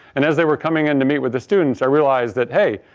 and as they were coming in to meet with the students, i realized that, hey,